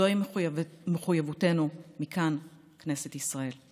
זוהי מחויבותנו מכאן, מכנסת ישראל.